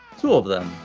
two of them,